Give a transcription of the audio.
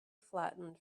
flattened